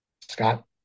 Scott